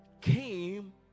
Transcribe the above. came